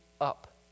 up